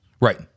Right